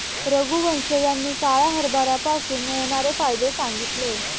रघुवंश यांनी काळ्या हरभऱ्यापासून होणारे फायदे सांगितले